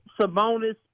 Sabonis